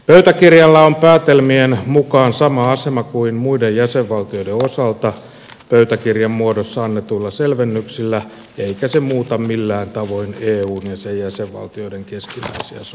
pöytäkirjalla on päätelmien mukaan sama asema kuin muiden jäsenvaltioiden osalta pöytäkirjan muodossa annetuilla selvennyksillä eikä se muuta millään tavoin eun ja sen jäsenvaltioiden keskinäisiä suhteita